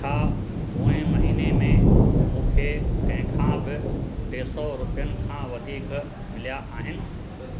छा पोइ महीने में मूंखे कंहिं खां बि टे सौ रुपियनि खां वधीक मिलिया आहिनि